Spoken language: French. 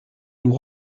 nous